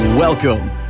Welcome